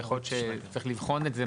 ויכול להיות שצריך לבחון את זה,